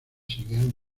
siguieron